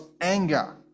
anger